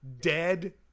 dead